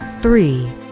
three